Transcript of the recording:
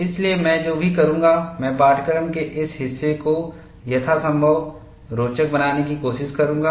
इसलिए मैं जो भी करूंगा मैं पाठ्यक्रम के इस हिस्से को यथासंभव रोचक बनाने की कोशिश करूंगा